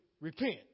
repent